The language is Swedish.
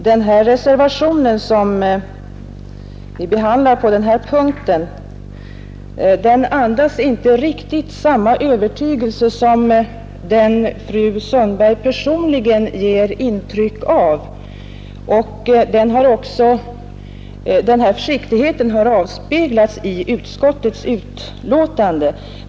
Fru talman! Reservationen vid den här punkten andas inte riktigt samma övertygelse som fru Sundberg personligen ger intryck av, och försiktighet avspeglas också i utskottets betänkande.